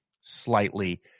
slightly